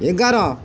ଏଗାର